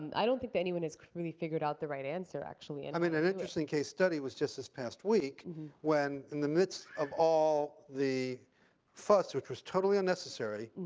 i don't think that anyone has really figured out the right answer actually and i mean, an interesting case study was just this past week when in the midst of all the fuss, which was totally unnecessary,